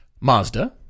Mazda